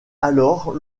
alors